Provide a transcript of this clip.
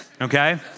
Okay